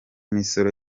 misoro